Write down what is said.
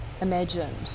imagined